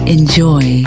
Enjoy